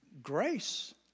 Grace